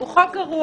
הוא חוק גרוע,